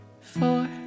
four